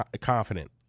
confident